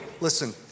listen